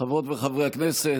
חברות וחברי הכנסת,